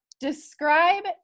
describe